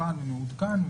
מתוקן ומעודכן.